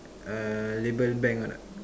uh label bank or not